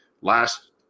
last